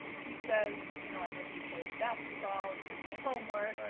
he says, you know i mostly played basketball and did my homework.